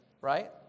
right